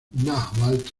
náhuatl